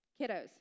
Kiddos